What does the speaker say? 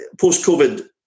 post-COVID